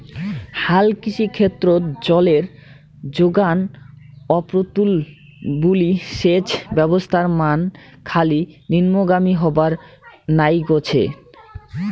হালকৃষি ক্ষেত্রত জলের জোগান অপ্রতুল বুলি সেচ ব্যবস্থার মান খালি নিম্নগামী হবার নাইগছে